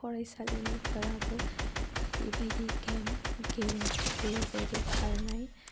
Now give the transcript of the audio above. फरायसालिनिफोराबो बायदि बायदि गेम गेलेनो फैयो जेरै खारनाय